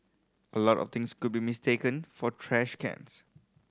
a lot of things could be mistaken for trash cans